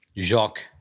Jacques